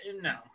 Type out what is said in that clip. no